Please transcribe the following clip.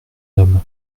homme